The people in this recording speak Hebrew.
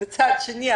מצד שני,